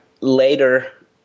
Later